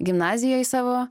gimnazijoj savo